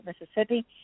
Mississippi